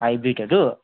हाइब्रिडहरू